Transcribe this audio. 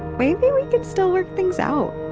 maybe we can still work things out